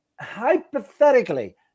hypothetically